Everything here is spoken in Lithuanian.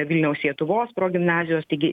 vilniaus sietuvos progimnazijos taigi